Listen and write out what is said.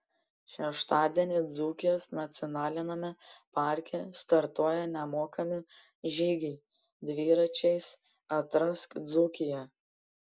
šeštadienį dzūkijos nacionaliniame parke startuoja nemokami žygiai dviračiais atrask dzūkiją